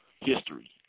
history